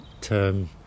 term